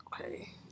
Okay